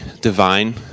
divine